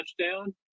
touchdown